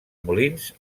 molins